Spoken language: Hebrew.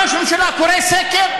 ראש הממשלה קורא סקר,